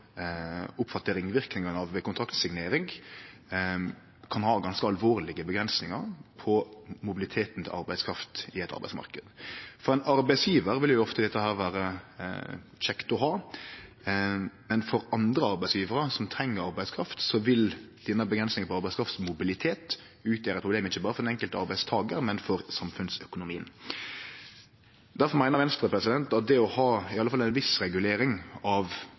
av ved kontraktssignering, kan gje ganske alvorlege avgrensingar på mobiliteten til arbeidskraft i arbeidsmarknaden. For en arbeidsgjevar vil dette ofte vere kjekt å ha, men for andre arbeidsgjevarar, som treng arbeidskraft, vil denne avgrensinga på arbeidskraftsmobilitet utgjere eit problem – ikkje berre for den enkelte arbeidstakaren, men for samfunnsøkonomien. Difor meiner Venstre at det å ha iallfall ei viss regulering av